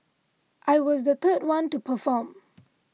I was the third one to perform